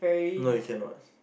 no you cannot